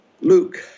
Luke